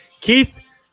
Keith